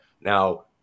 Now